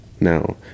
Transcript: Now